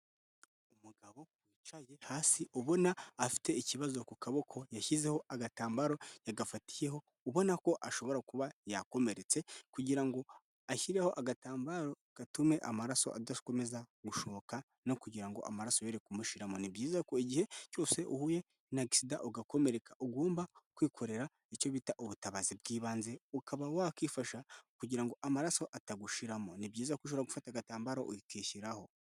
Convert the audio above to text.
Umugabo wicaye hasi ubona afite ikibazo ku kaboko yashyizeho agatambaro yagafatiyeho ubona ko ashobora kuba yakomeretse kugira ngo ashyireho agatambaro gatume amaraso adakomeza gushoka no kugira ngo amaraso yere kumushiramo, ni byiza ko igihe cyose uhuye na agisida ugakomereka ugomba kwikorera icyo bita ubutabazi bw'ibanze ukaba wakwifasha kugira ngo amaraso atagushiramo, ni byiza ko ushobora gufata agatambaro ukishyiraho.